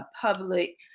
public